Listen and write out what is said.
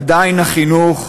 עדיין החינוך,